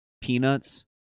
peanuts